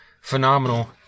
phenomenal